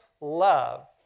love